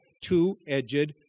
two-edged